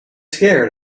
scared